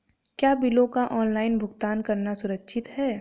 क्या बिलों का ऑनलाइन भुगतान करना सुरक्षित है?